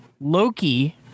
Loki